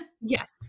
yes